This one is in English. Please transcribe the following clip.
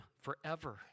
forever